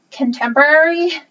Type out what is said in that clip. contemporary